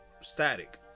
static